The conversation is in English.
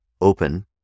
open